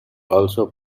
also